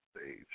stage